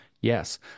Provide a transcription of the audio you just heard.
Yes